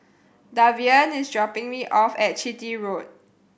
Davian is dropping me off at Chitty Road